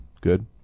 good